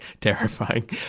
Terrifying